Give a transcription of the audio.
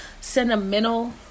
sentimental